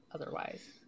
otherwise